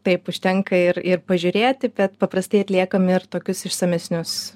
taip užtenka ir ir pažiūrėti bet paprastai atliekam ir tokius išsamesnius